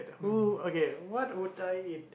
who okay what would I